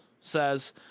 says